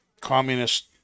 communist